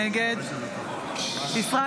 נגד ישראל